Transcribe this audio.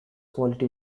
quality